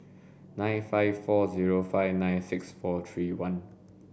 nine five four zero five nine six four three one